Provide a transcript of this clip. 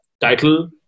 title